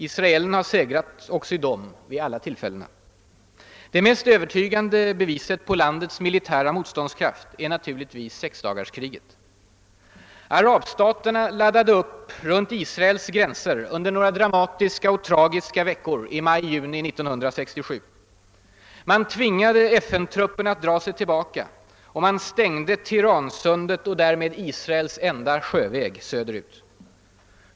Israelerna har segrat också i dem vid alla dessa tillfällen. Det mest övertygande beviset på landets militära motståndskraft är naturligtvis sexdagarskriget. Arabstaterna laddade upp runt Israels gränser under några dramatiska och tragiska veckor i maj=>= juni 1967. Man tvingade FN-trupperna att dra sig tillbaka och stängde Tiransundet och därmed Israels enda sjöväg söderut.